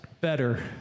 better